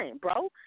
bro